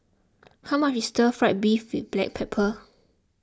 how much is Stir Fry Beef with Black Pepper